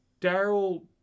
Daryl